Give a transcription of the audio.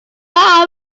are